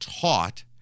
taught